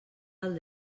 del